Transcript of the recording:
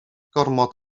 gormod